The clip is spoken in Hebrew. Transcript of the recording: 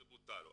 זה בוטל לו.